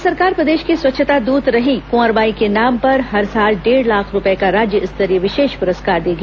राज्य सरकार प्रदेश की स्वच्छता दूत रहीं कुंवर बाई के नाम पर हर साल डेढ़ लाख रूपये का राज्य स्तरीय विशेष पुरस्कार देगी